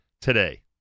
today